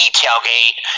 tailgate